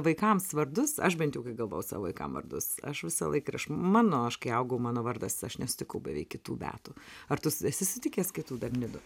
vaikams vardus aš bent jau kaip galvojau savo vaikam vardus aš visąlaik aš ir mano aš kai augau mano vardas aš nesutikau beveik kitų beatų ar tu esi sutikęs kitų dar nidų